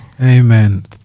Amen